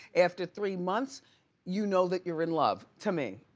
after three months you know that you're in love, to me,